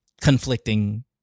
conflicting